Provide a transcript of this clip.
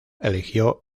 eligió